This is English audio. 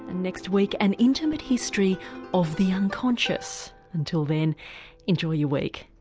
and next week an intimate history of the unconscious. until then enjoy your week